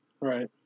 Right